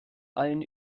allen